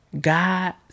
God